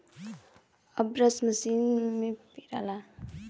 अब रस मसीन से पेराला